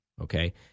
Okay